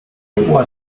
wohl